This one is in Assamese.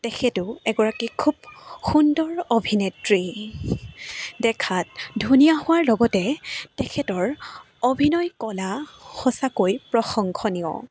তেখেতো এগৰাকী খুব সুন্দৰ অভিনেত্ৰী দেখাত ধুনীয়া হোৱাৰ লগতে তেখেতৰ অভিনয় কলা সঁচাকৈ প্ৰশংসনীয়